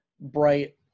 bright